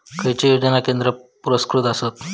खैचे योजना केंद्र पुरस्कृत आसत?